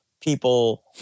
People